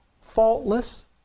faultless